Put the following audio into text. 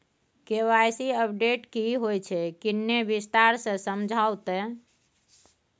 KYC update की होय छै किन्ने विस्तार से समझाऊ ते?